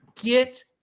Get